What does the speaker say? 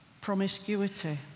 promiscuity